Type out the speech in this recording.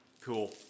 Cool